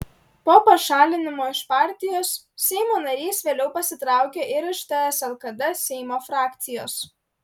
po pašalinimo iš partijos seimo narys vėliau pasitraukė ir iš ts lkd seimo frakcijos